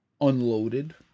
unloaded